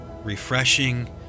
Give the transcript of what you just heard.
refreshing